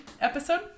episode